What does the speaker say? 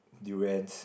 durians